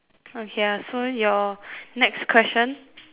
okay ah so your next question